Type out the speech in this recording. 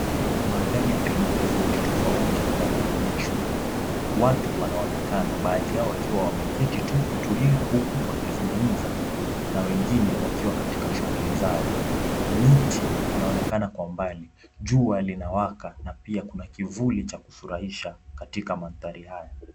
Magari aina tofauti tofauti yameegeshwa. Watu wanaonekana baadhi yao wakiwa wameketi tu kutulia huku wakizungumza na wengine wakiwa katika shughuli zao miti inaonekana kwa umbali. Jua linawaka na pia kuna kivuli cha kufurahisha katika mandhari haya.